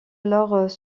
alors